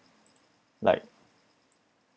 like